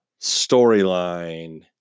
storyline